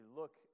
look